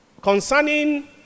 concerning